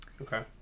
Okay